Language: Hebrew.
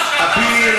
מה שאתה